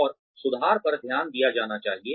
और सुधार पर ध्यान दिया जाना चाहिए